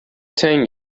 تنگ